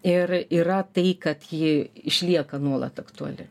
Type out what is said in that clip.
ir yra tai kad ji išlieka nuolat aktuali